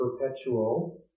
Perpetual